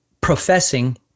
professing